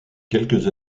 quelques